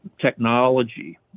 technology